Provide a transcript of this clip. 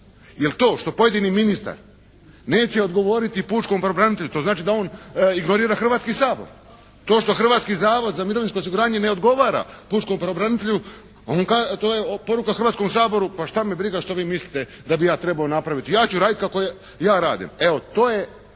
Jer to što pojedini ministar neće odgovoriti pučkom pravobranitelju, to znači da on ignorira Hrvatski sabor. To što Hrvatski zavod za mirovinsko osiguranje ne odgovara pučkom pravobranitelju, to je poruka Hrvatskom saboru, pa šta me briga što vi mislite da bi ja trebao napraviti, ja ću raditi kako ja radim. Evo to je